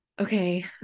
Okay